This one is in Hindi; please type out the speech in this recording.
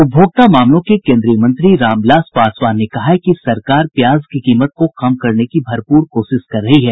उपभोक्ता मामलों के केन्द्रीय मंत्री रामविलास पासवान ने कहा है कि सरकार प्याज की कीमत को कम करने की भरपूर कोशिश कर रही है